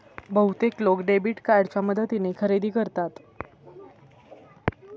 बहुतेक लोक डेबिट कार्डच्या मदतीने खरेदी करतात